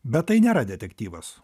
bet tai nėra detektyvas